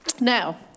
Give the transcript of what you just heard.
Now